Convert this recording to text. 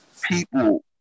people